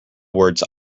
words